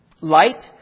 Light